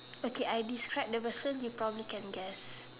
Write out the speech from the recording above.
okay I describe the person you probably can guess